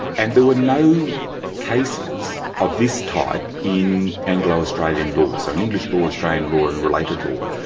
and there were no cases of this type in anglo australian law, so in english law, australian law and and related law.